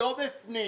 לא בפנים.